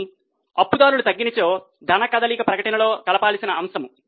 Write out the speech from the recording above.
కానీ అప్పు దారులు తగ్గినచొ ధన కదలిక ప్రకటనలో కలపాల్సిన అంశము